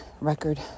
record